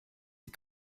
sie